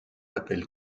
appelle